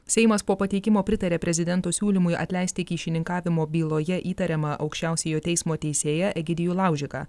seimas po pateikimo pritarė prezidento siūlymui atleisti kyšininkavimo byloje įtariamą aukščiausiojo teismo teisėją egidijų laužiką